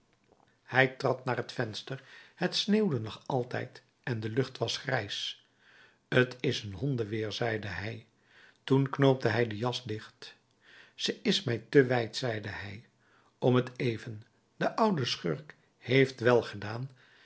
hij trad naar het venster het sneeuwde nog altijd en de lucht was grijs t is een hondenweer zeide hij toen knoopte hij de jas dicht ze is mij te wijd zeide hij om t even de oude schurk heeft wel gedaan